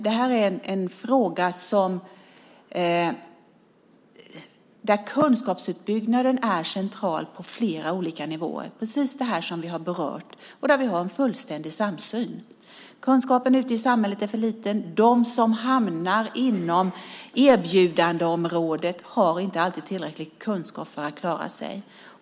Det här är en fråga där kunskapsuppbyggnaden är central på flera olika nivåer, precis det som vi har berört och där vi har en fullständig samsyn. Kunskapen ute i samhället är för liten. De som hamnar inom erbjudandeområdet har inte alltid tillräcklig kunskap för att klara sig.